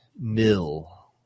mill